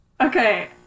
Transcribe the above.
Okay